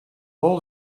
all